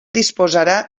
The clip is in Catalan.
disposarà